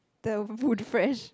the wood fresh